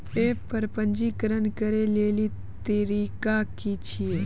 App पर पंजीकरण करै लेली तरीका की छियै?